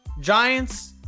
Giants